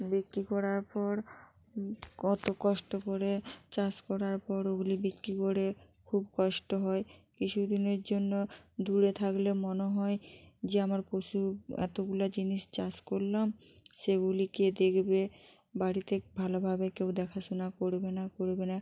বিক্রি করার পর কত কষ্ট করে চাষ করার পর ওগুলি বিক্রি করে খুব কষ্ট হয় কিছু দিনের জন্য দূরে থাকলে মনে হয় যে আমার পশু এতগুলো জিনিস চাষ করলাম সেগুলি কে দেখবে বাড়িতে ভালোভাবে কেউ দেখাশোনা করবে না করবে না